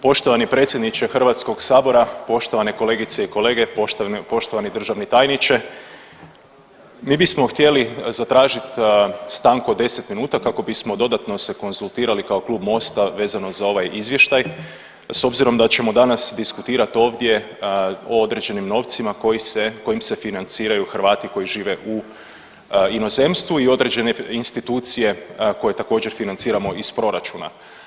Poštovani predsjedniče Hrvatskog sabora, poštovane kolegice i kolege, poštovani državni tajniče mi bismo htjeli zatražiti stanku od 10 minuta kako bismo se dodatno konzultirali kao Klub MOST-a vezano za ovaj izvještaj s obzirom da ćemo danas diskutirat ovdje o određenim novcima koji se, kojim se financiraju Hrvati koji žive u inozemstvu i određene institucije koje također financiramo iz proračuna.